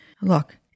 look